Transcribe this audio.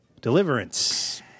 deliverance